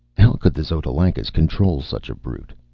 how could the xotalancas control such a brute?